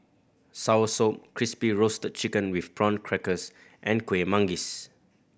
soursop Crispy Roasted Chicken with Prawn Crackers and Kuih Manggis